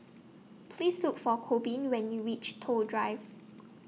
Please Look For Corbin when YOU REACH Toh Drive